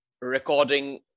recording